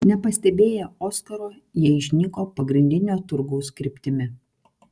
nepastebėję oskaro jie išnyko pagrindinio turgaus kryptimi